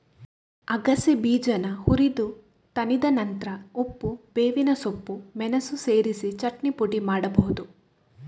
ಅಗಸೆ ಬೀಜಾನ ಹುರಿದು ತಣಿದ ನಂತ್ರ ಉಪ್ಪು, ಬೇವಿನ ಸೊಪ್ಪು, ಮೆಣಸು ಸೇರಿಸಿ ಚಟ್ನಿ ಪುಡಿ ಮಾಡ್ಬಹುದು